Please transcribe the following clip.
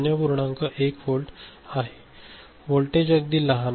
1 volt आहे voltage अगदी लहान आहे